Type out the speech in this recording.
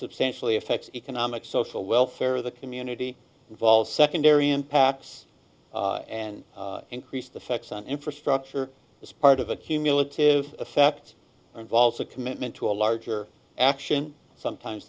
substantially affects economic social welfare the community involved secondary impacts and increase the facts on infrastructure as part of a cumulative effect involves a commitment to a larger action sometimes